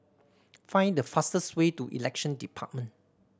find the fastest way to Election Department